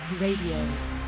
Radio